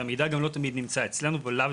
שהמידע גם לא תמיד נמצא אצלנו או לאו